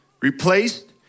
replaced